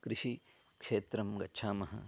कृषिक्षेत्रं गच्छामः